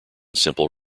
simple